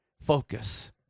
Focus